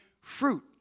fruit